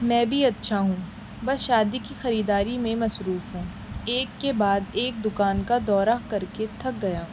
میں بھی اچھا ہوں بس شادی کی خریداری میں مصروف ہوں ایک کے بعد ایک دکان کا دورہ کر کے تھک گیا